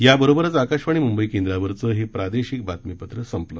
याबरोबरच आकाशवाणी मुंबई केंद्रावरचं हे प्रादेशिक बातमीपत्र संपलं